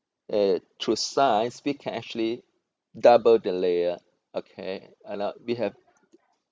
uh through science we can actually double the layer okay you know we have